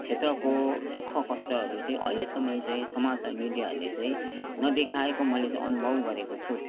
क्षेत्रको दुःख कष्टहरू चाहिँ अइलेसम्म चाहिँ समाचार मिडियाहरूले चाहिँ नदेखाएको मैले चाहिँ अनुभव गरेको छु है